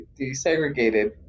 desegregated